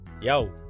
Yo